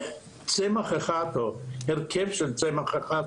צמח אחד או הרכב של צמח אחד,